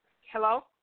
Hello